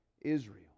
Israel